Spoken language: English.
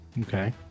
Okay